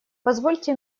позвольте